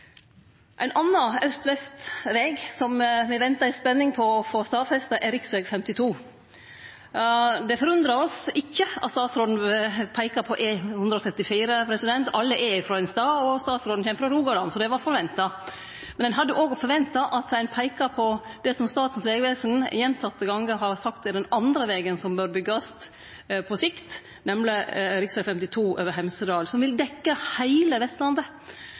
Ein annan aust–vest-veg som me ventar i spaning på å få stadfesta, er riksveg 52. Det forundrar oss ikkje at statsråden peikar på E134 – alle er frå ein stad, og statsråden kjem frå Rogaland, så det var forventa. Men ein hadde òg forventa at ein peika på det som Statens vegvesen gjentekne gonger har sagt er den andre vegen som bør byggjast på sikt, nemleg riksveg 52 over Hemsedal, som vil dekkje heile Vestlandet,